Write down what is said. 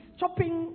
chopping